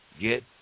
get